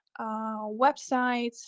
websites